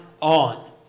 on